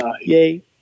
Yay